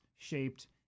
shaped